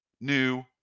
new